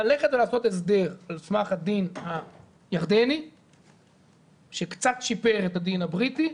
ללכת ולעשות הסדר על סמך הדין הירדני שקצת שיפר את הדין הבריטי,